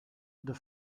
the